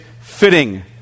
fitting